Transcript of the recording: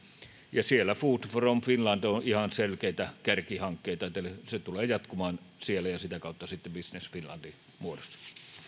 ja siellä food from finland on ihan selkeitä kärkihankkeita se tulee jatkumaan siellä ja sitä kautta sitten business finlandin muodossa